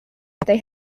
they